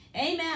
Amen